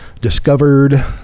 discovered